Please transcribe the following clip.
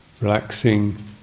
relaxing